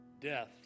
death